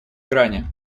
грани